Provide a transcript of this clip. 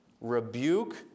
rebuke